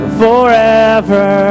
forever